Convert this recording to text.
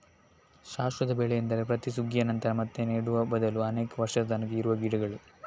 ಶಾಶ್ವತ ಬೆಳೆ ಎಂದರೆ ಪ್ರತಿ ಸುಗ್ಗಿಯ ನಂತರ ಮತ್ತೆ ನೆಡುವ ಬದಲು ಅನೇಕ ವರ್ಷದ ತನಕ ಇರುವ ಗಿಡಗಳು